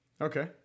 Okay